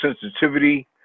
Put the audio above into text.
sensitivity